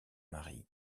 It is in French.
mari